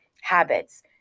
habits